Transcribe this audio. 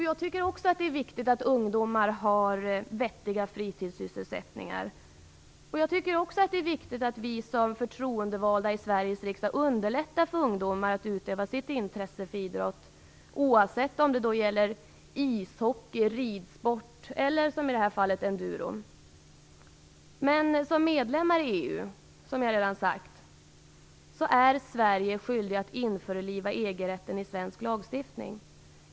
Jag tycker också att det är viktigt att ungdomar har vettiga fritidssysselsättningar. Det är också viktigt att vi som förtroendevalda i Sveriges riksdag underlättar för ungdomar att utöva sitt intresse för idrott, oavsett om det gäller ishockey, ridsport eller, som i det här fallet, enduro. Men som medlemmar i EU är vi i Sverige, som jag redan sagt, skyldiga att införliva EG-rätten i svensk lagstiftning.